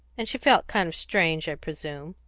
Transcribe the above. and she felt kind of strange, i presume.